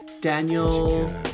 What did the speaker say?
Daniel